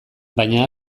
baina